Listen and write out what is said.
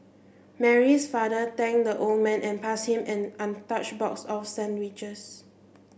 Mary's father thanked the old man and passed him an untouched box of sandwiches